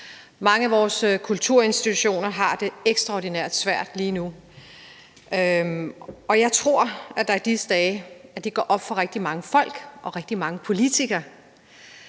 Mange af vores kulturinstitutioner har det ekstraordinært svært lige nu, og jeg tror, at det i disse dage går op for rigtig mange folk og rigtig mange politikere,